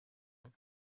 koko